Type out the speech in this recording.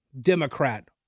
Democrat